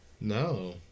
No